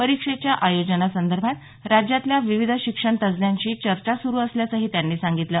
परीक्षेच्या आयोजनासंदर्भात राज्यातल्या विविध शिक्षणतज्ज्ञांशी चर्चा सुरु असल्याचं ही त्यांनी सांगितलं